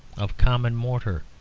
of common mortar,